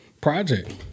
project